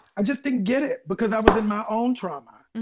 i just didn't get it because i was in my own trauma.